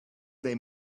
they